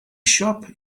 shop